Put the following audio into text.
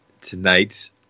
tonight